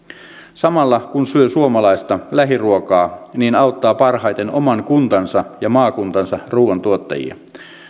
samalla kun syö suomalaista lähiruokaa auttaa parhaiten oman kuntansa ja maakuntansa ruuantuottajia